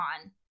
on